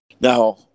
Now